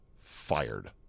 fired